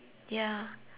ya